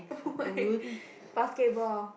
why basketball